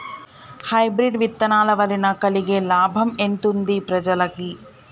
Hybrid విత్తనాల వలన కలిగే లాభం ఎంతుంది ప్రజలకి?